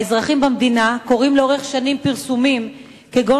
האזרחים במדינה קוראים לאורך שנים פרסומים כגון